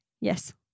Yes